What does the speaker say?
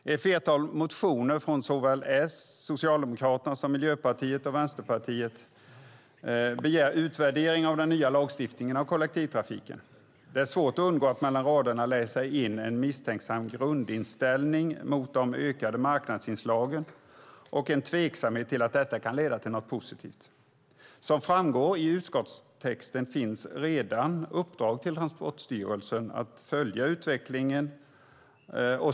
I ett flertal motioner från såväl Socialdemokraterna som Miljöpartiet och Vänsterpartiet begär man en utvärdering av den nya lagstiftningen av kollektivtrafiken. Det är svårt att undgå att mellan raderna läsa in en misstänksam grundinställning mot de ökade marknadsinslagen och en tveksamhet till att detta kan leda till något positivt. Som framgår av utskottstexten finns redan uppdrag till Transportstyrelsen att följa utvecklingen.